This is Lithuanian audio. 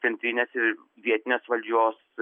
centrinės ir vietinės valdžios